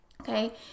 okay